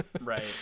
right